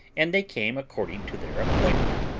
and they came according to their appointment,